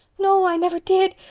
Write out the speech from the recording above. no, i never did,